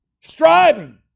striving